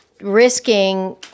risking